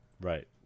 Right